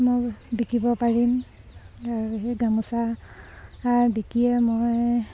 মই বিকিব পাৰিম আৰু সেই গামোচা বিকিয়ে মই